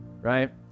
right